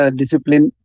discipline